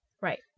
Right